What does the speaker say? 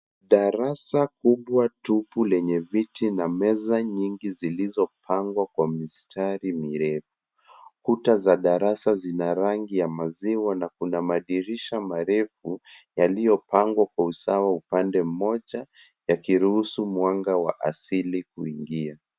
Darasa kubwa tupu lenye viti na meza nyingi zilizopangwa kwa mistari mirefu. Kuta za darasa zina rangi ya maziwa na kuna madirisha marefu, yaliyopangwa kwa usawa upande moja, yakiruhusu mwanga wa asili kuingia.